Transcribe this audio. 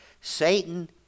Satan